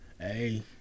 Hey